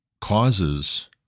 causes